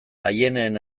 aieneen